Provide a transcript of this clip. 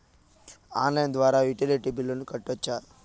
Online ద్వారా utility బిల్లులను కట్టొచ్చా?